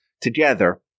together